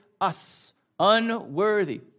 us—unworthy